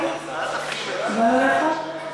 מקובל עלייך?